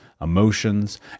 emotions